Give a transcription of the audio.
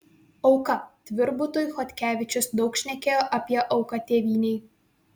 auka tvirbutui chodkevičius daug šnekėjo apie auką tėvynei